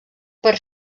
per